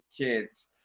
kids